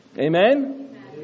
Amen